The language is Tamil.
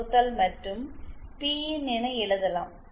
வகுத்தல் மற்றும் பிஇன் என எழுதலாம்